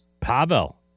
Pavel